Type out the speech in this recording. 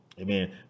Amen